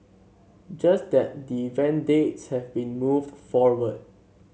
just that the event dates have been moved forward